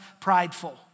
prideful